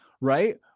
Right